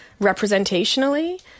representationally